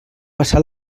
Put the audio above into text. passar